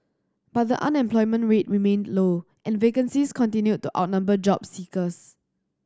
but the unemployment rate remained low and vacancies continued to outnumber job seekers